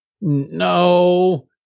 no